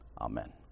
Amen